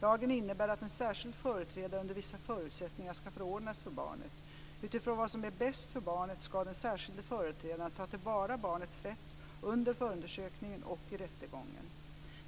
Lagen innebär att en särskild företrädare under vissa förutsättningar ska förordnas för barnet. Utifrån vad som är bäst för barnet ska den särskilda företrädaren ta till vara barnets rätt under förundersökningen och i rättegången.